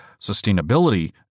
sustainability